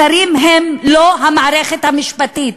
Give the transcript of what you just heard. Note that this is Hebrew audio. השרים הם לא המערכת המשפטית.